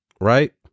right